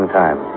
time